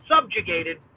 Subjugated